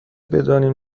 بدانیم